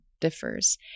differs